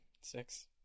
six